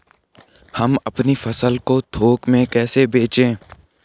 हम अपनी फसल को थोक में कैसे बेचें?